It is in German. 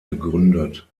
gegründet